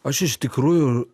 aš iš tikrųjų